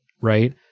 right